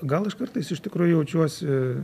gal aš kartais iš tikro jaučiuosi